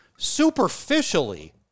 Superficially